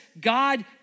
God